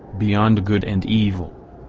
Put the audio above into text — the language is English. beyond good and evil.